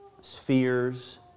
spheres